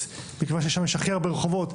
מכיוון ששם יש הכי הרבה רחובות,